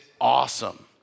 awesome